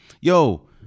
Yo